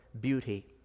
beauty